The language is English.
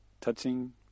touching